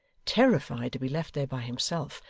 terrified to be left there by himself,